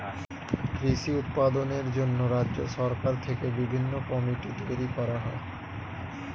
কৃষি উৎপাদনের জন্য রাজ্য সরকার থেকে বিভিন্ন কমিটি তৈরি করা হয়